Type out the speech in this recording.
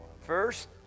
First